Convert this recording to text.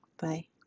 Bye